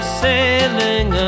sailing